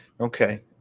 Okay